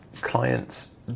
Clients